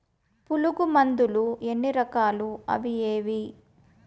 పులుగు మందులు ఎన్ని రకాలు అవి ఏవి?